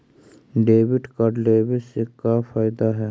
Debit card लेवे से का का फायदा है?